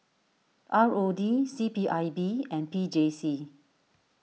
R O D C P I B and P J C